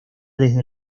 desde